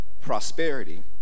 Prosperity